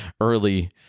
early